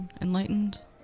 enlightened